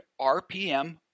RPM